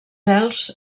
elfs